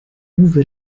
uwe